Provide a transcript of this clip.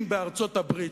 אם בארצות-הברית,